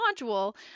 module